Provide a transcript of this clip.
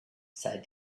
sighed